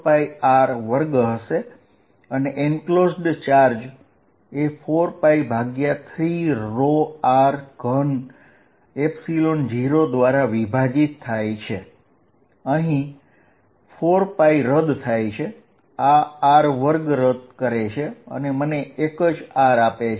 4πr24π3r30 થશે અહીં આ 4π અને r2 કેન્સલ થાય છે અને મને એક જ r મળે છે